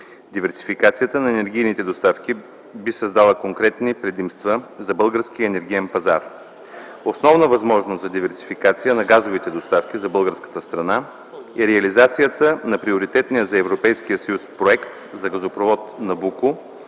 Диверсификацията на енергийните доставки би създало конкурентни предимства за българския енергиен пазар. Основна възможност за диверсификация на газовите доставки за българската страна е реализацията на приоритетния за Европейския съюз проект за газопровод „Набуко”,